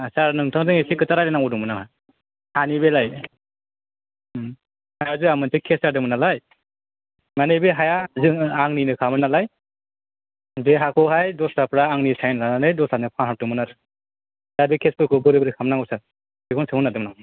आटसा नोंथांजों एसे खोथा रायलायनांगौ दंमोन आंहा हानि बेलायै हाया जोंहा मोनसे केस जादोंमोन नालाय मानि बे हाया जों आंनिनोखामोन नालाय बे हाखौहाय दस्राफ्रा आंनिफ्रा साइन लानानै दस्रानो फानहरदोंमोन आरो दा बे केसफोरखौ बोरै बोरै खालामनांगौ सार बेखौनो सोंहरनो नागेरदोंमोन आं